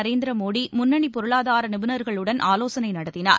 நரேந்திர மோடி முன்னணி பொருளாதார நிபுணர்களுடன் ஆலோசனை நடத்தினார்